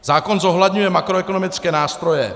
Zákon zohledňuje makroekonomické nástroje.